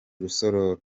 rusororo